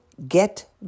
Get